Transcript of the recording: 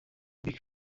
bill